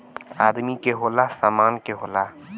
आदमी के होला, सामान के होला